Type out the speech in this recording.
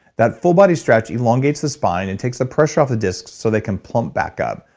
that full body stretch elongates the spine and takes the pressure off the disks so they can plump back up.